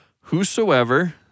Whosoever